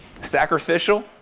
sacrificial